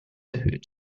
erhöht